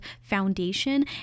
foundation